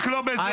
רק לא בזה.